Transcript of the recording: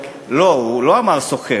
לא, הוא לא אמר "סוכן".